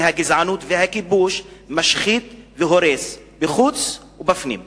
כי הגזענות והכיבוש משחיתים והורסים מחוץ ומבפנים.